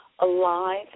alive